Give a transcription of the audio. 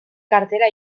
kartela